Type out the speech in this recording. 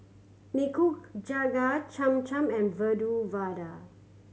Nikujaga Cham Cham and Medu Vada